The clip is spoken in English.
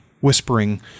whispering